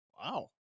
Wow